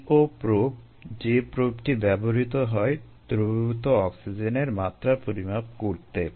DO probe যে প্রোবটি ব্যবহৃত হয় দ্রবীভূত অক্সিজেনের মাত্রা পরিমাপ করতে